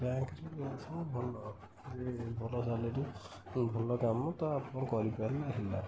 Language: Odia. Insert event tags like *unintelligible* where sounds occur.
ବ୍ୟାଙ୍କରେ ବି *unintelligible* ସବୁ ଭଲ *unintelligible* ଭଲ ସାଲାରି ଭଲ କାମ ତ ଆପଣ କରିପାରିଲେ ହେଲା